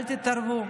אל תתערבו".